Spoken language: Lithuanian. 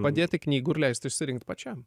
padėti knygų ir leist išsirinkt pačiam